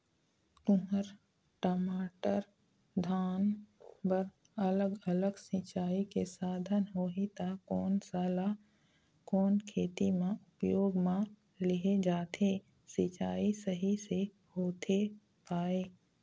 तुंहर, टमाटर, धान बर अलग अलग सिचाई के साधन होही ता कोन सा ला कोन खेती मा उपयोग मा लेहे जाथे, सिचाई सही से होथे पाए?